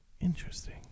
Interesting